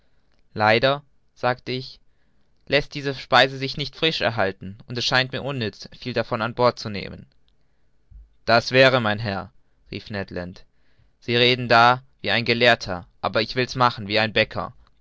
leider sagte ich läßt sich diese speise nicht frisch erhalten und es scheint mir unnütz viel davon an bord zu nehmen das wäre mein herr rief ned land sie reden da wie ein gelehrter ich aber will's machen wie ein bäcker